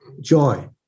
joy